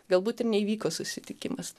galbūt ir neįvyko susitikimas